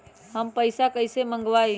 हम पैसा कईसे मंगवाई?